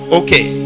okay